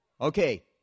Okay